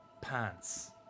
Pants